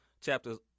chapters